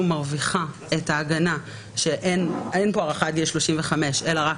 מרוויחה את ההגנה שאין כאן הארכה עד גיל 35 אלא רק